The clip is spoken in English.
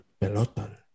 Peloton